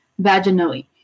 vaginally